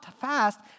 fast